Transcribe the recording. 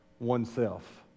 oneself